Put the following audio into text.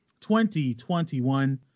2021